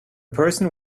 person